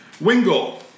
Wingle